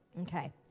Okay